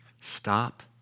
Stop